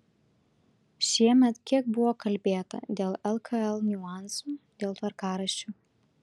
šiemet kiek buvo kalbėta dėl lkl niuansų dėl tvarkaraščių